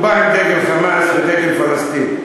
בא עם דגל "חמאס" ודגל פלסטין,